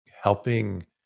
helping